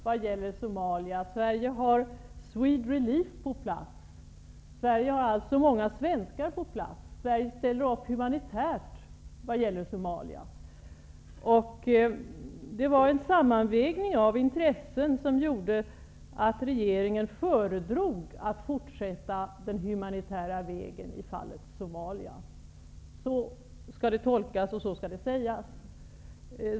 Herr talman! Sverige ställer i allra högsta grad upp när det gäller Somalia. Sverige har Swedrelief på plats. Vi har alltså många svenskar på plats. Sverige ställer upp humanitärt vad gäller Somalia. Det var en sammanvägning av intressen som gjorde att regeringen föredrog att fortsätta den humanitära vägen i fallet Somalia. -- Så skall det sägas och så skall det tolkas.